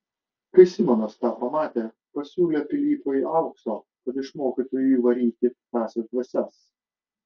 kai simonas tą pamatė pasiūlė pilypui aukso kad išmokytų jį varyti piktąsias dvasias